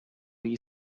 gli